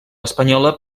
espanyola